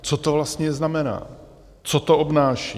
Co to vlastně znamená, co to obnáší?